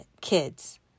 kids